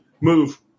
Move